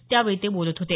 त्यावेळी ते बोलत होते